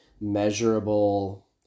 measurable